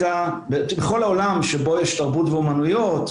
בכל העולם שבו יש תרבות ואמנויות,